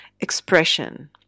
expression